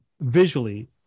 visually